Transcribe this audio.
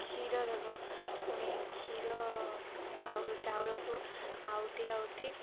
କ୍ଷୀର ଦେବ ପୁଣି କ୍ଷୀର ଆଉ ଚାଉଳକୁ ଆଉଟି ଆଉଟି